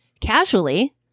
Casually